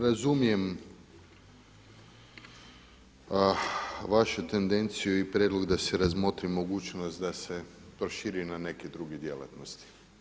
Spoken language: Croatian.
Razumijem vašu tendenciju i prijedlog da se razmotri mogućnost da se proširi na neke druge djelatnosti.